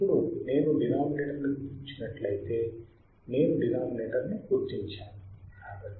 ఇప్పుడు నేను డినామినేటర్ ని గుర్తించినట్లయితే నేను డినామినేటర్ ని గుర్తించాను